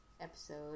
episode